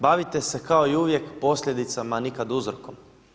Bavite se kao i uvijek posljedicama, a nikada uzrokom.